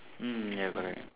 mm ya correct